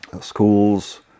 schools